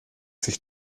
sich